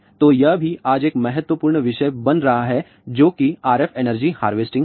तो यह भी आज एक बहुत ही महत्वपूर्ण विषय बन रहा है जो कि RF एनर्जी हार्वेस्टिंग है